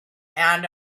and